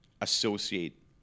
associate